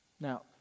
Now